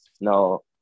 no